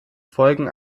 folgen